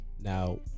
now